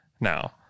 now